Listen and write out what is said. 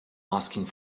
asking